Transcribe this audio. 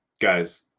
guys